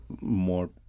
more